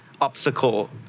obstacle